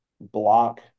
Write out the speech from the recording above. block